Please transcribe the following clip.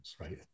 right